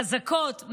חזקות,